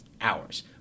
hours